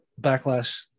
backlash